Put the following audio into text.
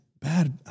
bad